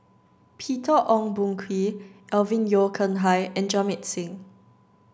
Peter Ong Boon Kwee Alvin Yeo Khirn Hai and Jamit Singh